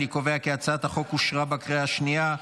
אני קובע כי הצעת החוק אושרה בקריאה השנייה.